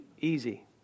easy